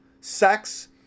sex